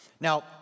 Now